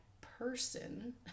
person